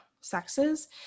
sexes